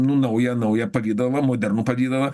naują naują palydovą modernų palydovą